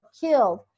killed